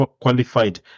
qualified